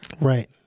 Right